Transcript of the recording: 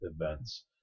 events